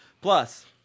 Plus